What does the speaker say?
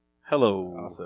Hello